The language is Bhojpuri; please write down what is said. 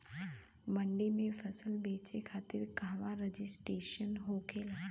मंडी में फसल बेचे खातिर कहवा रजिस्ट्रेशन होखेला?